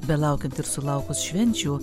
belaukiant ir sulaukus švenčių